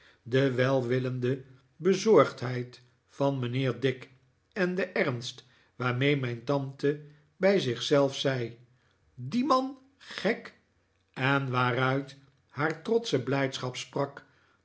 de welwillend bezorgdheid van mijnheer dick en de ernst waarmee mijn tante bij zich zelf zei d i e man gek en waaruit haar trotsche blijdschap sprak